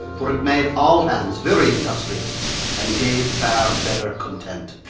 for it made all hands very industrious and gave far better content.